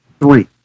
Three